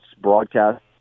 broadcast